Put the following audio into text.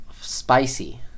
spicy